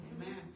Amen